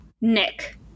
Nick